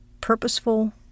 purposeful